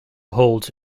holds